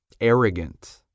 arrogant